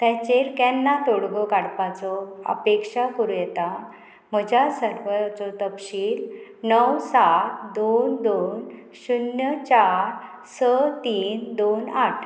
तेचेर केन्ना तोडगो काडपाचो अपेक्षा करूं येता म्हज्या सर्वाचो तपशील णव सात दोन दोन शुन्य चार स तीन दोन आठ